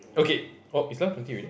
okay oh it is eleven twenty already